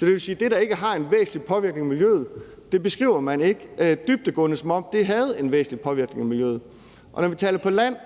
det, der ikke har en væsentlig påvirkning på miljøet, beskriver man ikke dybdegående, som om det havde en væsentlig påvirkning på miljøet. Og når vi taler om det på land,